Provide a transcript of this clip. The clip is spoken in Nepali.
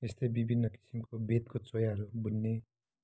यस्तै विभिन्न किसिमको बेतको चोयाहरू बुन्ने